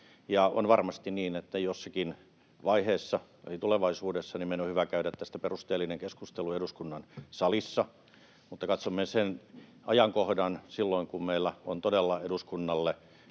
On varmasti niin, että jossakin vaiheessa tulevaisuudessa meidän on hyvä käydä tästä perusteellinen keskustelu eduskunnan salissa, mutta katsomme sen ajankohdan silloin, kun meillä on todella eduskunnalle